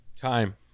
time